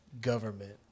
government